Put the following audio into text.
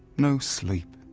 no sleep,